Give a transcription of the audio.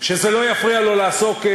שזה לא יפריע לו לעסוק,